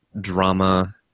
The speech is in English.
drama